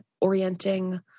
orienting